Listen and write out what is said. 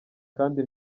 kandi